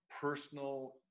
personal